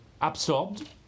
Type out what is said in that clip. absorbed